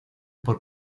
por